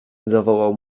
zawołał